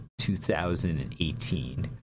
2018